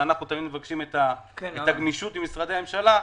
אנחנו תמיד מבקשים גמישות ממשרדי הממשלה,